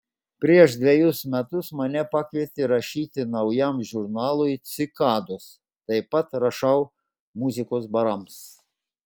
prieš dvejus metus mane pakvietė rašyti naujam žurnalui cikados taip pat rašau muzikos barams